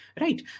Right